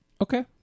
okay